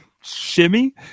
Shimmy